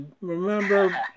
remember